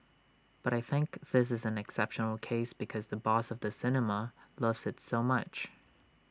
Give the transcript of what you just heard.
but I think this is an exceptional case because the boss of the cinema loves IT so much